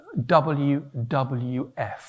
WWF